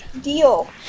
deal